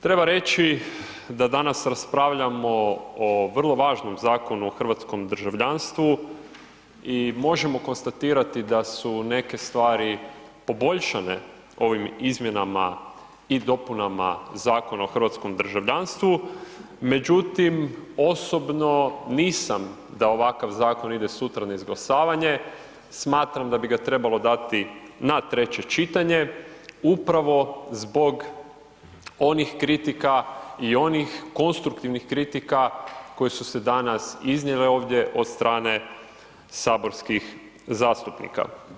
Treba reći da danas raspravljamo o vrlo važnom zakon o hrvatskom državljanstvu i možemo konstatirati da su neke stvari poboljšane ovim izmjenama i dopunama Zakona o hrvatskom državljanstvu međutim osobno nisam da ovakav zakon ide sutra na izglasavanje, smatram da bi ga trebalo dati na treće čitanje upravo zbog onih kritika i onih konstruktivnih kritika koje su se danas iznijele ovdje od strane saborskih zastupnika.